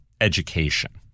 education